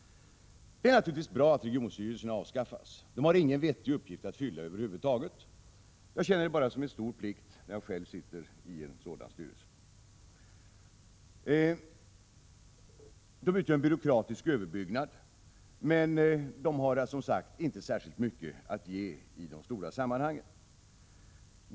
Det är naturligtvis bra att regionstyrelserna avskaffas. De har ingen vettig uppgift över huvud taget. Jag upplever det enbart som en plikt att sitta med i en sådan styrelse. Regionstyrelserna utgör en byråkratisk överbyggnad. Men de har, som sagt, inte särskilt mycket att ge i de stora sammanhangen.